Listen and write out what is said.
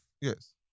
Yes